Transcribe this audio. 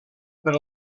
per